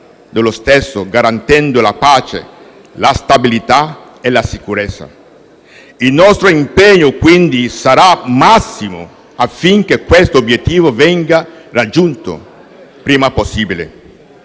dello stesso garantendo la pace, la stabilità e la sicurezza. Il nostro impegno sarà massimo affinché questo obbiettivo venga raggiunto il prima possibile.